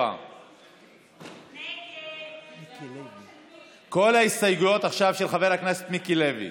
7. כל ההסתייגויות עכשיו של חבר הכנסת מיקי לוי.